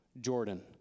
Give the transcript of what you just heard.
Jordan